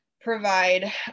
provide